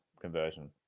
conversion